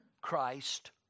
Christ